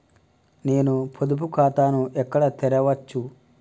నేను పొదుపు ఖాతాను ఎక్కడ తెరవచ్చు?